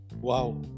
Wow